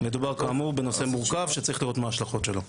מדובר כאמור בנושא מורכב שצריך לראות מה ההשלכות שלו.